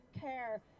care